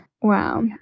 Wow